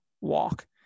walk